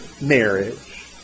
marriage